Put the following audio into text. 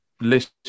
list